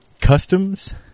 Customs